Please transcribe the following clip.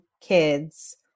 Kids